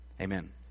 Amen